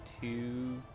two